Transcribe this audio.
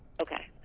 okay.